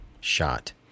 shot